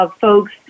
folks